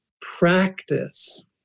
practice